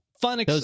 fun